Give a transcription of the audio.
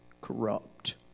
corrupt